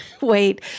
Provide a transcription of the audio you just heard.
wait